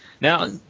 Now